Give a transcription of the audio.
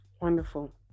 Wonderful